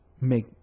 make